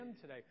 today